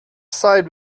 side